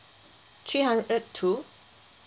three hundred to